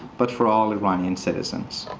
but for all iranian citizens.